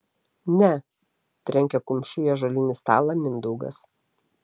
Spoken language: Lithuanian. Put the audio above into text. ne trenkė kumščiu į ąžuolinį stalą mindaugas